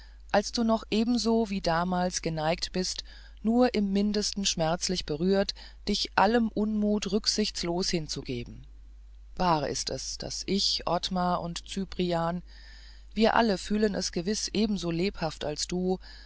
als du noch ebenso wie damals geneigt bist nur im mindesten schmerzlich berührt dich allem unmut rücksichtslos hinzugeben wahr ist es und ich ottmar und cyprian wir alle fühlen es gewiß ebenso lebhaft als du